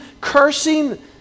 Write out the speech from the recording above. cursing